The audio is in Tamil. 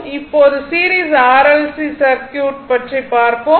இப்போது சீரிஸ் RLC சர்க்யூட் பற்றி பார்ப்போம்